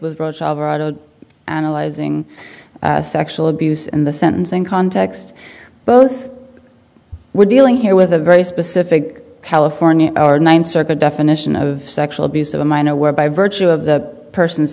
alvarado analyzing sexual abuse in the sentencing context both we're dealing here with a very specific california our ninth circuit definition of sexual abuse of a minor where by virtue of the person